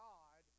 God